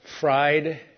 fried